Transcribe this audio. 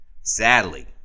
Sadly